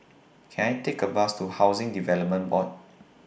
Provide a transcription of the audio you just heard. Can I Take A Bus to Housing Development Board